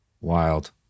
Wild